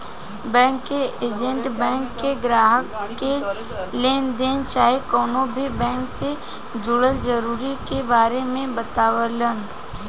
bank के agent bank के ग्राहक के लेनदेन चाहे कवनो भी बैंक से जुड़ल जरूरत के बारे मे बतावेलन